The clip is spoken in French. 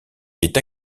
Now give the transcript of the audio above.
est